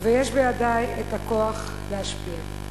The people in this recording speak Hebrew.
ויש בידי הכוח להשפיע.